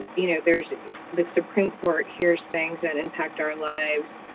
you know, there's the supreme court hears things that impact our lives